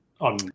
on